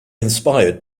inspired